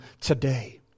today